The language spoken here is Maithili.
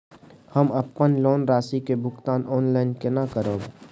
हम अपन लोन राशि के भुगतान ऑनलाइन केने करब?